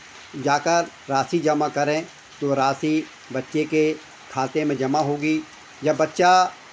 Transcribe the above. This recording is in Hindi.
जा कर राशि जमा करें तो वो राशि बच्चे के खाते में जमा होगी या बच्चा